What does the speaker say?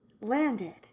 landed